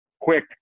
Quick